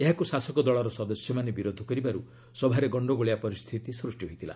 ଏହାକୁ ଶାସକ ଦଳର ସଦସ୍ୟମାନେ ବିରୋଧ କରିବାରୁ ସଭାରେ ଗଣ୍ଡଗୋଳିଆ ପରିସ୍ଥିତି ସୃଷ୍ଟି ହୋଇଥିଲା